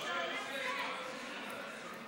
בחירות מקדימות לתפקיד חבר הכנסת),